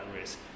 risk